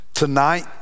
Tonight